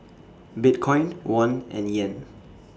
Bitcoin Won and Yen